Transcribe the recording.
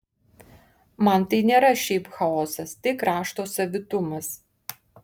man tai nėra šiaip chaosas tai krašto savitumas